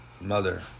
mother